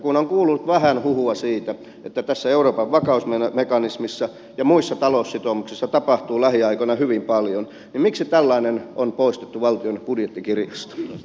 kun on kuullut vähän huhua siitä että tässä euroopan vakausmekanismissa ja muissa taloussitoumuksissa tapahtuu lähiaikoina hyvin paljon niin miksi tällainen on poistettu valtion budjettikirjasta